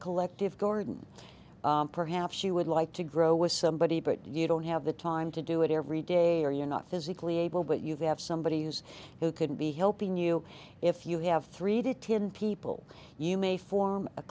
collective garden perhaps you would like to grow with somebody but you don't have the time to do it every day or you're not physically able but you have somebody who's who couldn't be helping you if you have three to ten people you may form a